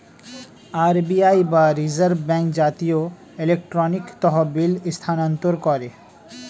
RBI বা reserve bank জাতীয় electronic তহবিল স্থানান্তর করে